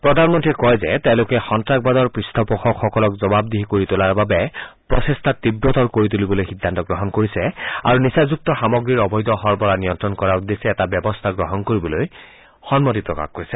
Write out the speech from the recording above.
প্ৰধানমন্ত্ৰীয়ে কয় যে তেওঁলোকে সন্ত্ৰাসবাদৰ পৃষ্ঠপোষকসকলক জবাবদিহি কৰি তোলাৰ বাবে প্ৰচেষ্টা তীৱতৰ কৰি তুলিবলৈ সিদ্ধান্ত গ্ৰহণ কৰিছে আৰু নিচাযুক্ত সামগ্ৰীৰ অবৈধ সৰবৰাহ নিয়ন্ত্ৰণ কৰাৰ উদ্দেশ্যে এটা ব্যৱস্থা গ্ৰহণ কৰিবলৈ সন্মতি প্ৰকাশ কৰিছে